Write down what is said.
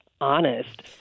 Honest